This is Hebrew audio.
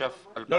התש"ף-2020